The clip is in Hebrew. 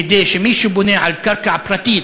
כדי שמי שבונה על קרקע פרטית,